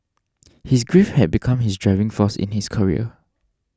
his grief had become his driving force in his career